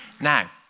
Now